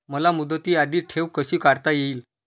मला मुदती आधी ठेव कशी काढता येईल?